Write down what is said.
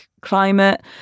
climate